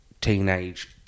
teenage